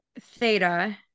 theta